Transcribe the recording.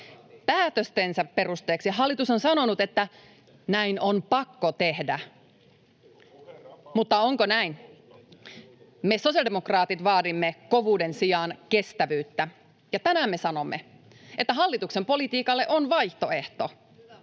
Päätöstensä perusteeksi hallitus on sanonut, että näin on pakko tehdä. Mutta onko näin? Me sosiaalidemokraatit vaadimme kovuuden sijaan kestävyyttä. Ja tänään me sanomme, että hallituksen politiikalle on vaihtoehto.